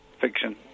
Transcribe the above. Fiction